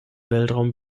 weltraum